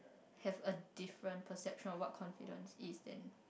have a different perception of what confidence is and